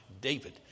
David